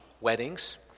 weddings